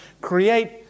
create